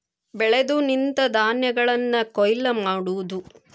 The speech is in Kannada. ಬೆಳೆದು ನಿಂತ ಧಾನ್ಯಗಳನ್ನ ಕೊಯ್ಲ ಮಾಡುದು